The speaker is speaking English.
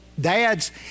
dads